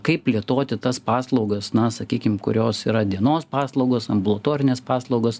kaip plėtoti tas paslaugas na sakykim kurios yra dienos paslaugos ambulatorinės paslaugos